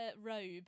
robe